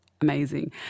amazing